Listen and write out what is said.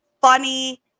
funny